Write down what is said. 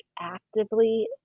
actively